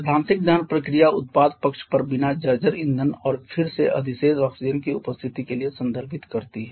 सैद्धांतिक दहन प्रक्रिया उत्पाद पक्ष पर बिना जर्जर ईंधन और फिर से अधिशेष ऑक्सीजन की उपस्थिति के लिए संदर्भित करती है